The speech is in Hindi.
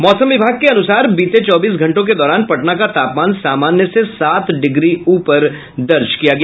मौसम विभाग के अनुसार बीते चौबीस घंटों के दौरान पटना का तापमान सामान्य से सात डिग्री उपर दर्ज किया गया